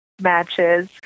matches